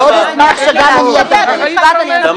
מה זאת אומרת אני לא שואלת אותך?